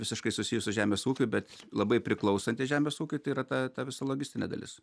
visiškai susijus su žemės ūkiu bet labai priklausanti žemės ūkiui tai yra ta ta visa logistinė dalis